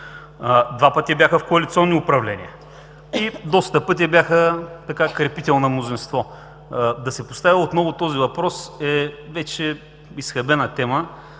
два пъти бяха в коалиционни управления и доста пъти бяха крепител на мнозинство, да се поставя отново този въпрос е вече изхабена тема,